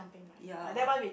ya